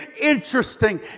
interesting